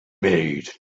made